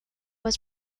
was